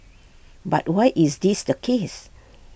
but why is this the case